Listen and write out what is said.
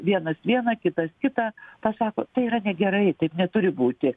vienas vieną kitas kitą pasako tai yra negerai taip neturi būti